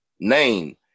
name